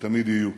ותמיד יהיו.